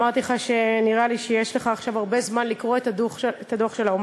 אמרתי לך שנראה לי שיש לך עכשיו הרבה זמן לקרוא את הדוח של האו"ם.